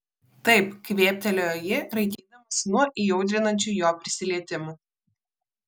taip kvėptelėjo ji raitydamasi nuo įaudrinančių jo prisilietimų